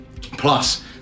plus